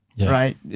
Right